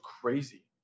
crazy